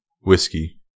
whiskey